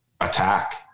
attack